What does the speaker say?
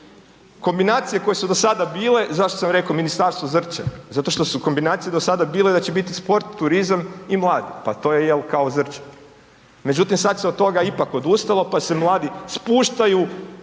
Kombinacije koje su do sada bile, zašto sam rekao ministarstvo Zrće, zato što su kombinacije do sada bile da će biti sport, turizam i mladi, pa to je, je li, kao Zrće. Međutim, sad se od toga ipak odustalo pa se mladi spuštaju